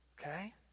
Okay